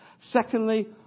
Secondly